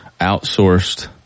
outsourced